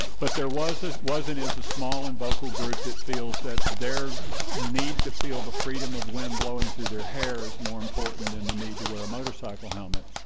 but there was was and a small and vocal group that feels that their need to feel the freedom of wind blowing through their hair is more important than the need to wear a motorcycle helmet.